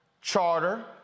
Charter